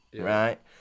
right